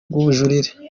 rw’ubujurire